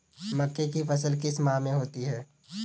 मक्के की फसल किस माह में होती है?